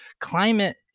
Climate